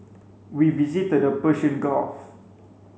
we visited the Persian Gulf